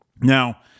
Now